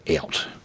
out